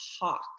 hawk